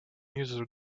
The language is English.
easier